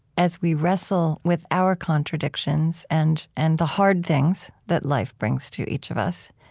as we wrestle with our contradictions and and the hard things that life brings to each of us,